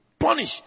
Punish